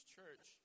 Church